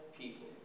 people